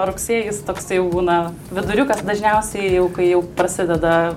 rugsėjis toksai jau būna viduriukas dažniausiai jau kai jau prasideda